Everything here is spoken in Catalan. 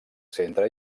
centre